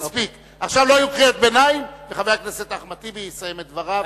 עכשיו לא יהיו קריאות ביניים וחבר הכנסת אחמד טיבי יסיים את דבריו.